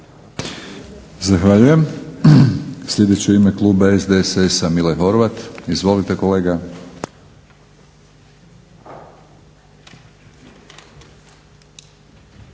Zahvaljujem. Sljedeći je u ime kluba SDSS-a Mile Horvat. Izvolite kolega.